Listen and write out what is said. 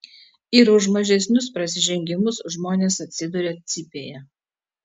ir už mažesnius prasižengimus žmonės atsiduria cypėje